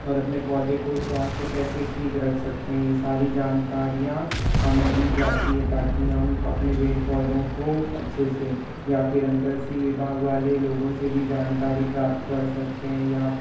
और अपने पौधे को स्वास्थ्य कैसे ठीक रख सकते हैं यह सारी जानकारियाँ हमें दी जाती है ताकि हम अपने पेड़ पौधों को अच्छे से या फिर हम कृषि विभाग वाले लोगों से भी जानकारी प्राप्त कर सकते हैं या